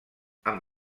amb